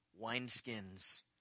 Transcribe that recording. wineskins